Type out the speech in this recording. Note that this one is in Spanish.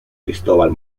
cristóbal